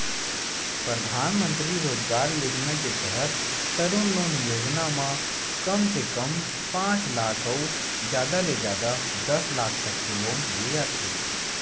परधानमंतरी रोजगार योजना के तहत तरून लोन योजना म कम से कम पांच लाख अउ जादा ले जादा दस लाख तक के लोन दे जाथे